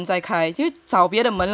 死死对死死等那个门再开就找别的门了吗那个门没有开了